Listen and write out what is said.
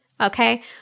okay